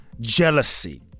jealousy